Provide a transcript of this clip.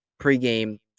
pregame